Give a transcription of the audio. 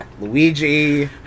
Luigi